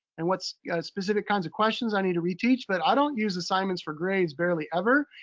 and what specific kinds of questions i need to reteach. but i don't use assignments for grades barely ever.